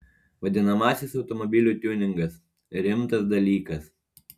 vadinamasis automobilių tiuningas rimtas dalykas